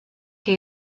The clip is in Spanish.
que